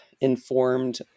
informed